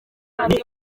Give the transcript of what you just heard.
kandi